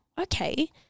okay